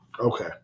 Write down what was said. Okay